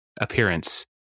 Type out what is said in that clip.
appearance